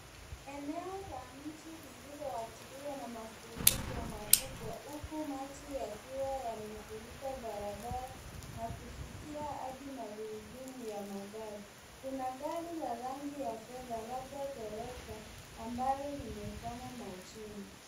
Eneo la mchi lililoathiriwa na mafuriko makubwa huku maji yakiwa yamefunika barabara na kufikia hadi magurudumu ya magari. Kuna gari ya rangi la fedha labda Toyota ambalo imekwama majini.